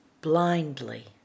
blindly